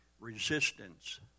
Resistance